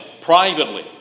privately